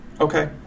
Okay